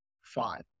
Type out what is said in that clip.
five